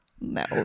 no